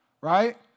right